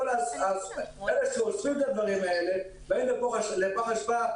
כל אלה שאוספים את הדברים האלה באים לפח האשפה,